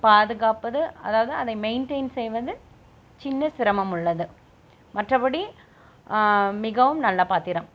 பாதுகாப்பது அதாவது அதை மெயின்டெயின் செய்வது சின்ன சிரமம் உள்ளது மற்றபடி மிகவும் நல்ல பாத்திரம்